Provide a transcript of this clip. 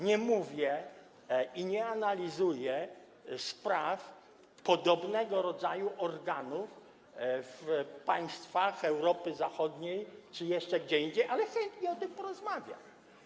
Nie mówię, nie analizuję spraw podobnego rodzaju organów w państwach Europy Zachodniej czy jeszcze gdzie indziej, ale chętnie o tym porozmawiam.